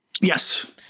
Yes